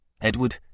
Edward